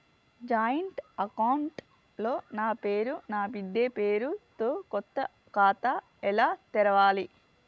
Joint account లో నా పేరు నా బిడ్డే పేరు తో కొత్త ఖాతా ఎలా తెరవాలి?